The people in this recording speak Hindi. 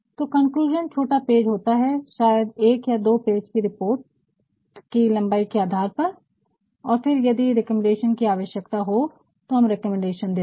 तो कन्क्लूज़न छोटा पेज होता है शायद एक या दो पेज की रिपोर्ट कि लम्बाई के आधार पर और फिर यदि रिकमेन्डेशन कि आवश्यकता हो तो हम रेकमेडेशन देते है